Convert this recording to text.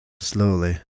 slowly